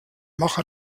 mache